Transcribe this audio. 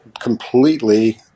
completely